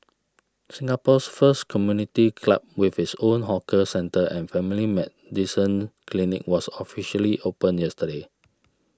Singapore's first community club with its own hawker centre and family medicine clinic was officially opened yesterday